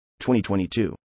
2022